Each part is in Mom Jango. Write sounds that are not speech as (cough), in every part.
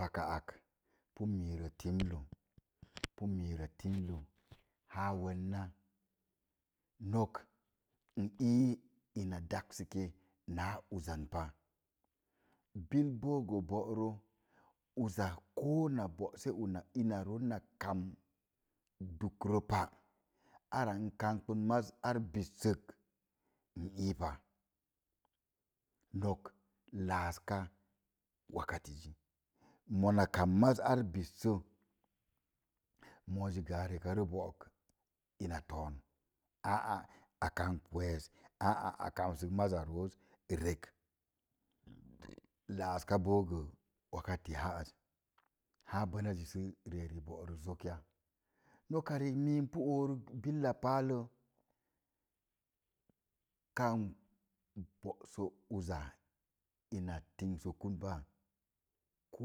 Paka ak pii marə timlə (noise) pii marə timlə ha worna nok i ii ina dassəkee na uzan pa. Bil boo na boorə uza kona boosə una ina zoom na kam dukrə pa, ada n kamɓə mas ar bissək n ii pa. Nok lassaka wakkazi zi, mona kam maz ar bisse moozi gə ar bórik ina ton aa karab wass aa a kamtik maza roz rek laska bo gə wakati a az la bonaya sə i na ri eni boorik zok ya. Nok rik mii n pa orik bil palle kamina baso oza ina tissukun pa, ko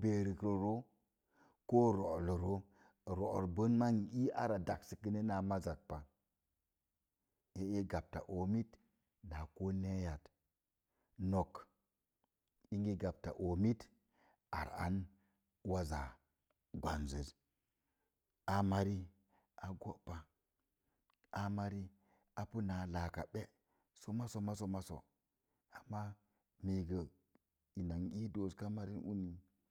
beerik rə roo ko ro'or le roo gəbən n ii una ara dassəke na maz pa, nok gbata omit ar an waza gwanzəz áá mari a gó pa a mari a pii na laaka ɓə soma soma so amma (unintelligible)